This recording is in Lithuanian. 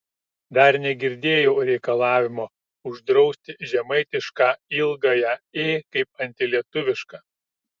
dar negirdėjau reikalavimo uždrausti žemaitišką ilgąją ė kaip antilietuvišką